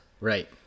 Right